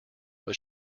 but